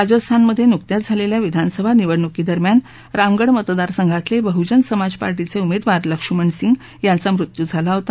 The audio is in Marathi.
राजस्थानमध्ये नुकत्याच झालेल्या विधानसभा निवडणुकी दरम्यान रामगढ मतदार संघातले बहुजन समाज पार्श्वे उमेदवार लक्ष्मण सिंग यांचा मृत्यू झाला होता